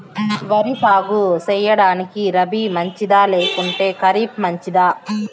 వరి సాగు సేయడానికి రబి మంచిదా లేకుంటే ఖరీఫ్ మంచిదా